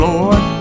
Lord